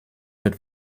wird